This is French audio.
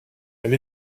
elle